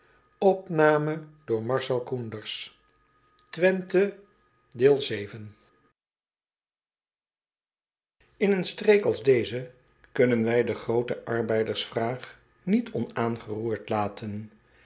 gekend n eene streek als deze kunnen wij de groote arbeidersvraag niet onaangeroerd laten